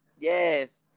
Yes